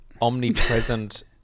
omnipresent